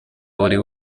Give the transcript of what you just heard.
buri